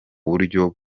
buryo